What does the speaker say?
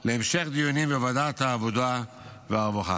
להמשך דיונים בוועדת העבודה והרווחה.